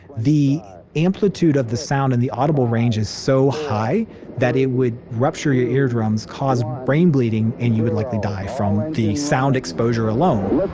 the amplitude of the sound in the audible range is so high that it would rupture your eardrums, cause brain bleeding and you would likely die from the sound exposure alone